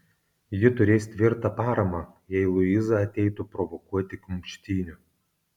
ji turės tvirtą paramą jei luiza ateitų provokuoti kumštynių